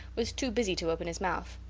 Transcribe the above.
was too busy to open his mouth.